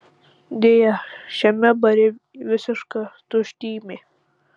deja šiame bare visiška tuštymė